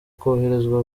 koherezwa